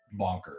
bonkers